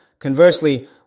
Conversely